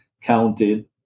counted